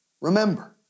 Remember